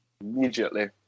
Immediately